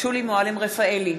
שולי מועלם-רפאלי,